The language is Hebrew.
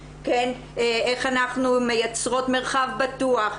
איך אנחנו מייצרות מרחב בטוח,